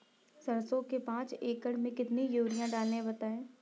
सरसो के पाँच एकड़ में कितनी यूरिया डालें बताएं?